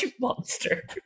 monster